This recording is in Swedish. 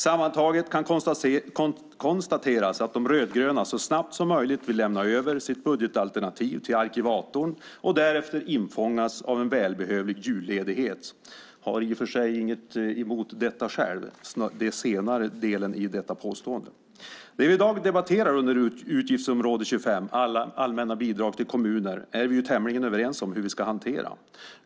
Sammantaget kan konstateras att De rödgröna så snabbt så möjligt vill lämna över sitt budgetalternativ till arkivarien och därefter infångas av en välbehövlig julledighet. Jag har själv i och för sig inget emot den senare delen i detta påstående. Det som vi i dag debatterar under utgiftsområde 25, Allmänna bidrag till kommuner, är vi tämligen överens om hur vi ska hantera.